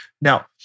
Now